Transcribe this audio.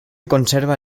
conserva